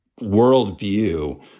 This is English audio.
worldview